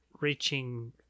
reaching